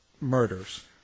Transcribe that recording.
murders